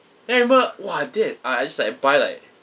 then I remember !wah! I did I I just like buy like